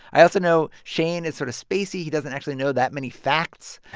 i also know shane is sort of spacey. he doesn't actually know that many facts.